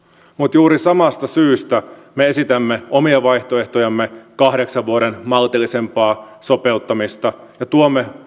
mutta juuri samasta syystä me esitämme omia vaihtoehtojamme kahdeksan vuoden maltillisempaa sopeuttamista ja tuomme